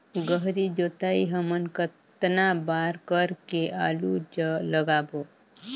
गहरी जोताई हमन कतना बार कर के आलू लगाबो?